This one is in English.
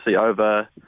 over